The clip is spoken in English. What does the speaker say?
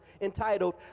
entitled